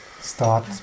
start